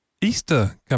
Easter